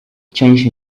change